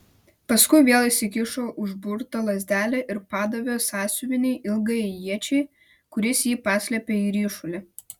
paskui vėl įsikišo užburtą lazdelę ir padavė sąsiuvinį ilgajai iečiai kuris jį paslėpė į ryšulį